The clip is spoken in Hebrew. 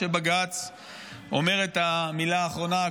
כשבג"ץ אומר את המילה האחרונה,